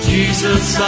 Jesus